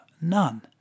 None